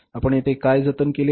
आपण येथे काय जतन केले आहे